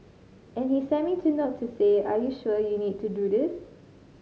and he sent me to note to say are you sure you need to do this